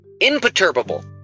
Imperturbable